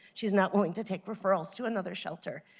she is not willing to take referral to another shelter.